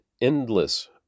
endless